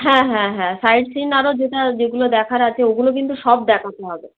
হ্যাঁ হ্যাঁ হ্যাঁ সাইট সিন আরও যেটা যেগুলো দেখার আছে ওগুলো কিন্তু সব দেখাতে হবে